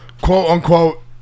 quote-unquote